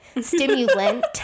Stimulant